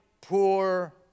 poor